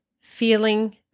feeling